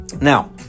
Now